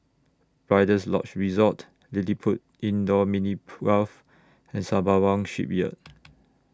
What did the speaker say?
Rider's Lodge Resort LilliPutt Indoor Mini Golf and Sembawang Shipyard